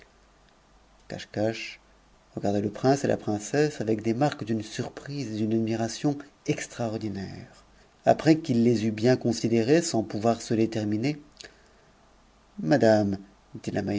caschcasch regarda le prince et la princesse avec des marques d'm surprise et d'une admiration extraordinaires après qu'il les eut l'e considérés sans pouvoir se déterminer madame